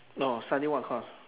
oh study what course